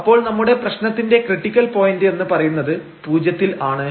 അപ്പോൾ നമ്മുടെപ്രശ്നത്തിന്റെ critical point എന്ന് പറയുന്നത് പൂജ്യത്തിൽ ആണ്